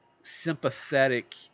sympathetic